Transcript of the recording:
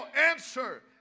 answer